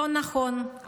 לא נכון,